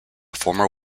former